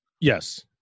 Yes